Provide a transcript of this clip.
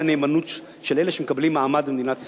הנאמנות של אלה שמקבלים מעמד במדינת ישראל,